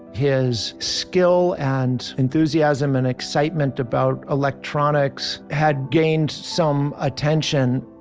his skill and enthusiasm and excitement about electronics had gained some attention.